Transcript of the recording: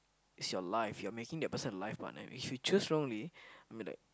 is your life your making the person life partner if you choose wrongly I mean the